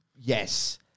yes